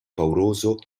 pauroso